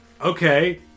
okay